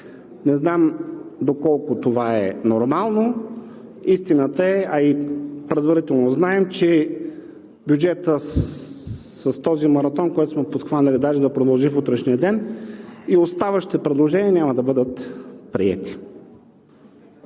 Не знам доколко това е нормално! Истината е, а и предварително знаем, че бюджетът с този маратон, който сме подхванали, даже да продължи в утрешния ден, и оставащите предложения няма да бъдат приети.